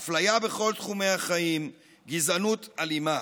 אפליה בכל תחומי החיים, גזענות אלימה.